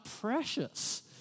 precious